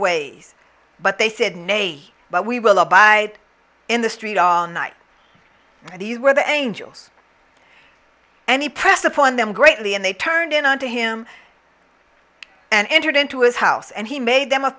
way but they said nay but we will abide in the street all night and these were the angels any press upon them greatly and they turned in on to him and entered into his house and he made them a